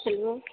hello